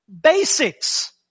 Basics